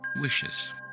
wishes